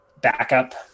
backup